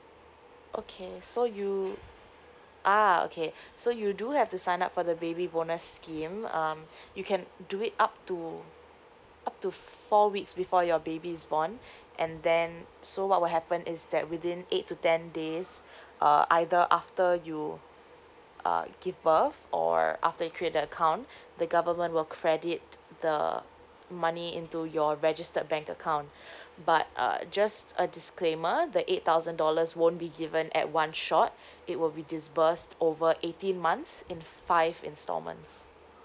okay so you ah okay so you do have to sign up for the baby bonus scheme um you can do it up to up to four weeks before your baby is born and then so what will happen is that within eight to ten days uh either after you uh give birth or after you create the account the government will credit the money into your registered bank account but err just a disclaimer the eight thousand dollars won't be given at one shot it will be disburse over eighteen months in five installments